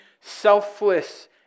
selfless